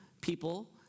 people